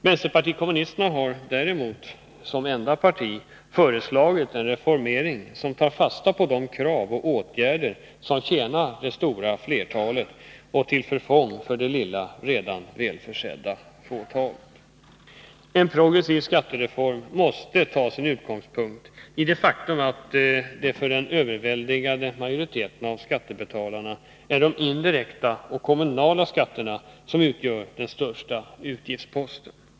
Vänsterpartiet kommunisterna har däremot som enda parti föreslagit en reformering som tar fasta på de krav och åtgärder som tjänar det stora flertalet och är till förfång för det lilla, redan välförsedda fåtalet. En progressiv skattereform måste ta sin utgångspunkt i det faktum att det för den överväldigande majoriteten av skattebetalarna är de indirekta och kommunala skatterna som utgör den största utgiftsposten.